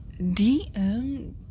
DM